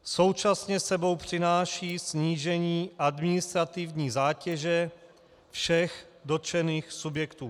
Současně s sebou přináší snížení administrativní zátěže všech dotčených subjektů.